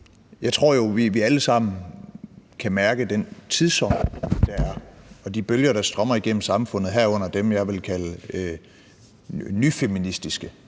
Jeg tror jo, at vi alle sammen kan mærke den tidsånd, der er, og de bølger, der strømmer igennem samfundet, herunder dem, jeg vil kalde nyfeministiske.